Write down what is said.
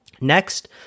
Next